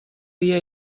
dia